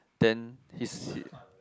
then he is